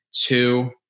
two